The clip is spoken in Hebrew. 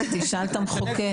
תשאל את המחוקק.